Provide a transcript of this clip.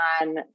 on